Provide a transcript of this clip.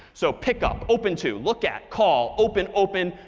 so pick up, open to, look at, call, open, open,